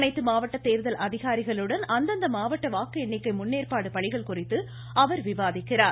அனைத்து மாவட்ட தேர்தல் அதிகாரிகளுடன் அந்தந்த மாவட்ட வாக்கு எண்ணிக்கை முன்னேற்பாட்டு பணிகள் குறித்து அவர் விவாதிக்கிறார்